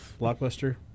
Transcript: blockbuster